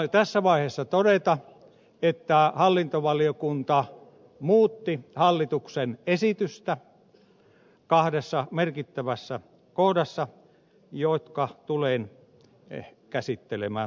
haluan tässä vaiheessa todeta että hallintovaliokunta muutti hallituksen esitystä kahdessa merkittävässä kohdassa jotka tulen käsittelemään tarkemmin